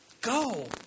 Go